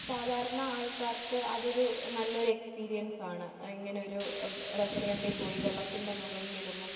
സാധാരണ ആൾക്കാർക്ക് അതൊരു നല്ലൊരു എക്സ്പീരിയൻസാണ് ഇങ്ങനെ ഒരു റെസ്റ്റോറൻറ്റിൽ പോയി വെള്ളത്തിൻ്റെ മുകളിലിരുന്ന്